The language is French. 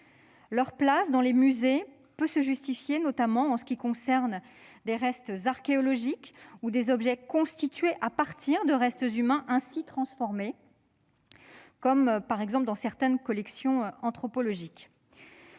Leur place dans les musées peut se justifier, notamment certains restes archéologiques ou objets constitués à partir de restes humains ainsi transformés, comme dans certaines collections anthropologiques.